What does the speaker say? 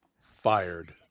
fired